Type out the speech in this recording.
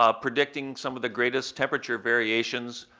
ah predicting some of the greatest temperature variations